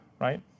right